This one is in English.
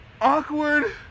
awkward